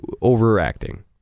overacting